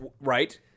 Right